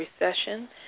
recession